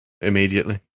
immediately